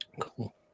cool